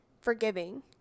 forgiving